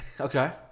Okay